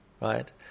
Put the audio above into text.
Right